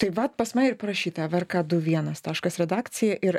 tai vat pas mane ir parašyta evrk du vienas taškas redakcija ir